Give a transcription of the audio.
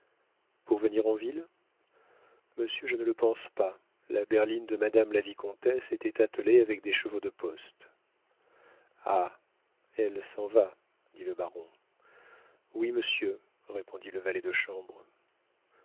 pour venir en ville monsieur je ne le pense pas la berline de madame la vicomtesse était attelée avec des chevaux de poste ah elle s'en va dit le baron oui monsieur répondit le valet de chambre